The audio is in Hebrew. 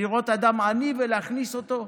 לראות אדם עני ולהכניס אותו?